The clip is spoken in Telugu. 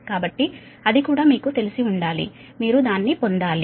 కాబట్టి అది కూడా మీకు తెలిసి ఉండాలి మీరు దాన్ని పొందాలి